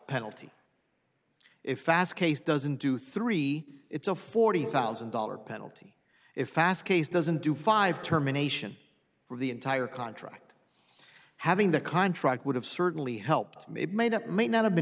penalty if ask ace doesn't do three it's a forty thousand dollars penalty if i ask ace doesn't do five terminations for the entire contract having the contract would have certainly helped maybe made up might not have been